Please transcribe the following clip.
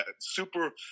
super